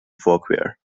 fauquier